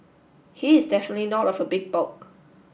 he is definitely not of a big bulk